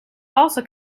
also